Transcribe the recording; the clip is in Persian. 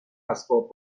اسباب